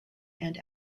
and